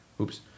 Oops